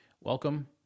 Welcome